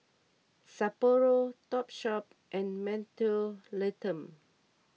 Sapporo Topshop and Mentholatum